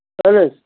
اَہن حظ